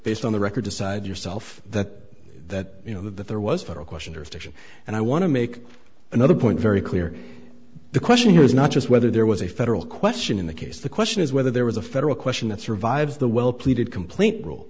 based on the record decide yourself that that you know that there was a federal question or station and i want to make another point very clear the question here is not just whether there was a federal question in the case the question is whether there was a federal question that survives the well pleaded complaint rule